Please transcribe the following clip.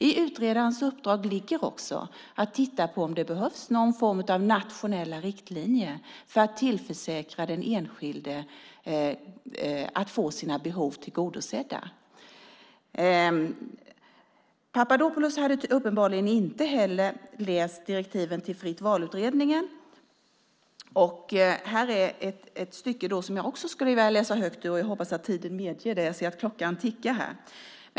I utredarens uppdrag ligger också att titta på om det behövs någon form av nationella riktlinjer för att tillförsäkra den enskilde att få sina behov tillgodosedda. Papadopoulos har uppenbarligen inte heller läst direktiven till utredningen Fritt val. Här är ett stycke som jag skulle vilja läsa högt och hoppas att tiden medger det.